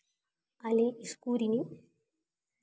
ᱟᱞᱮ ᱥᱠᱩᱞ ᱨᱮᱱᱤᱡ